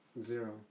zero